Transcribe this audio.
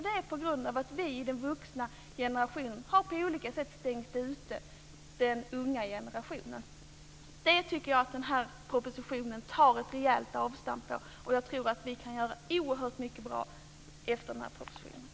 Det är på grund av att vi i den vuxna generationen på olika sätt har stängt ute den unga generationen. Det tycker jag den här propositionen tar ett rejält avstamp i. Jag tror att vi kan göra oerhört mycket bra efter den här propositionen.